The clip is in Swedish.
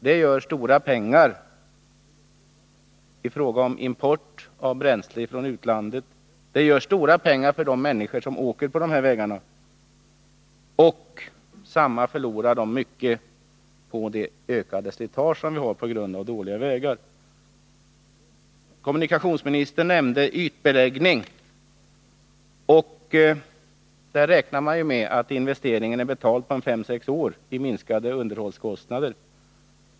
Det betyder stora pengar i fråga om import av bränsle från utlandet, det betyder stora pengar för de människor som åker på de här vägarna. Samtidigt förlorar de mycket på det ökade slitaget orsakat av dåliga vägar. Kommunikationsministern nämnde ytbeläggning, och där säger beräkningarna att investeringen är betald inom fem sex år genom minskade underhållskostnader.